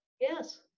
Yes